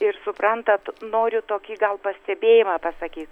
ir suprantat noriu tokį gal pastebėjimą pasakyt